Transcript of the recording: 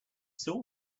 saw